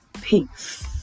Peace